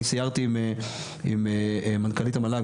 אני סיירתי עם מנכ"לית המל"ג,